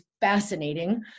fascinating